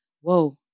Whoa